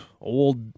old